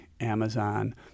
Amazon